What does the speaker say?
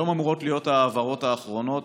היום אמורות להיות ההעברות האחרונות.